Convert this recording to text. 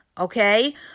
okay